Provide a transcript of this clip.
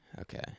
Okay